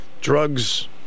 drugs